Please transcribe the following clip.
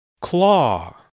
Claw